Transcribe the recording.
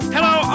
Hello